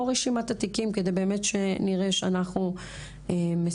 או רשימת התיקים כדי שנראה שאנחנו מסונכרנים.